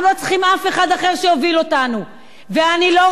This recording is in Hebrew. אנחנו לא צריכים אף אחד אחר שיוביל אותנו.